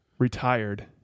Retired